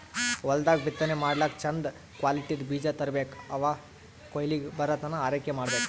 ಹೊಲ್ದಾಗ್ ಬಿತ್ತನೆ ಮಾಡ್ಲಾಕ್ಕ್ ಚಂದ್ ಕ್ವಾಲಿಟಿದ್ದ್ ಬೀಜ ತರ್ಬೆಕ್ ಅವ್ ಕೊಯ್ಲಿಗ್ ಬರತನಾ ಆರೈಕೆ ಮಾಡ್ಬೇಕ್